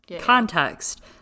context